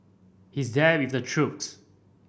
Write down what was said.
he's there with the troops